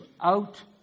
out